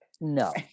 no